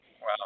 Wow